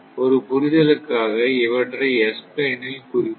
ஒரு புரிதலுக்காக இவற்றை S பிளேன் ல் குறிப்போம்